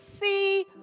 see